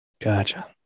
Gotcha